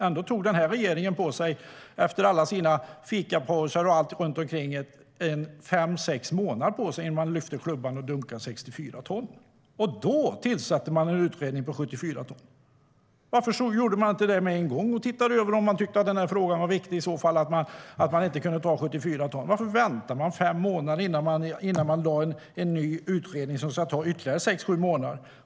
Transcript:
Ändå tog den här regeringen, efter alla sina fikapauser och allt runt omkring, fem sex månader på sig innan den lyfte klubban och dunkade för 64 ton - och då tillsatte man en utredning om 74 ton. Varför gjorde man inte det med en gång? Varför tittade man inte över det på en gång, om man nu tyckte att frågan var viktig? Varför väntade man i fem månader innan man tillsatte en ny utredning som ska ta ytterligare sex sju månader?